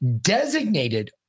designated